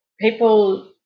people